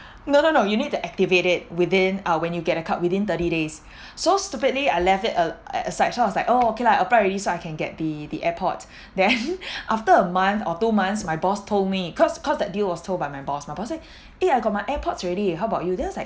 no no no you need to activate it within uh when you get a card within thirty days so stupidly I left it a at aside so I was like oh okay lah I applied already so I can get the the airpod then after a month or two months my boss told me cause cause that deal was told by my boss my boss said eh I got my airpods already how about you then I was like